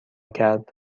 کرد